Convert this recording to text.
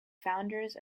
founders